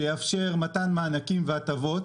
שתאפשר מענקים והטבות